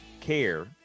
care